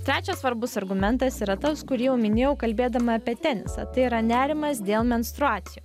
trečias svarbus argumentas yra tas kurį jau minėjau kalbėdama apie tenisą tai yra nerimas dėl menstruacijų